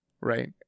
right